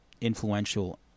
influential